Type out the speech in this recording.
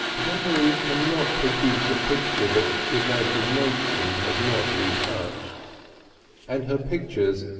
memory cannot produce a picture that imagination has not retouched and her pictures,